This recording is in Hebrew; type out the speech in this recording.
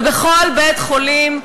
ובכל בית-חולים,